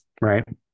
right